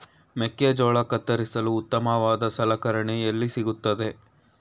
ಮೆಕ್ಕೆಜೋಳ ಕತ್ತರಿಸಲು ಉತ್ತಮವಾದ ಸಲಕರಣೆ ಎಲ್ಲಿ ಸಿಗುತ್ತದೆ?